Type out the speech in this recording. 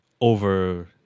over